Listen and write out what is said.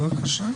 בבקשה.